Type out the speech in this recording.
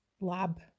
lab